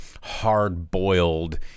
hard-boiled